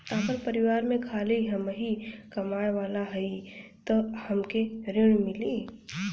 आपन परिवार में खाली हमहीं कमाये वाला हई तह हमके ऋण मिली?